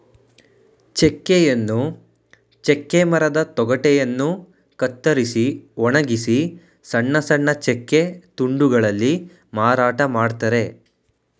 ಚೆಕ್ಕೆಯನ್ನು ಚೆಕ್ಕೆ ಮರದ ತೊಗಟೆಯನ್ನು ಕತ್ತರಿಸಿ ಒಣಗಿಸಿ ಸಣ್ಣ ಸಣ್ಣ ಚೆಕ್ಕೆ ತುಂಡುಗಳಲ್ಲಿ ಮಾರಾಟ ಮಾಡ್ತರೆ